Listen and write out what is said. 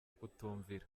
kutumvira